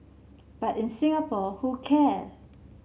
but in Singapore who care